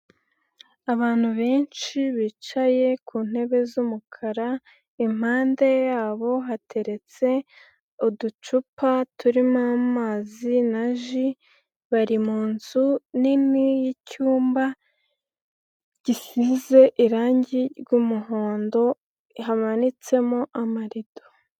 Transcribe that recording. Abantu benshi bicaye ku ntebe z'umukara, impande yabo hateretse uducupa turimo amazi, na ji bari mu nzu nini y'icyumba gisize irangi ry'umuhondo, hamanitsemo n'amarido.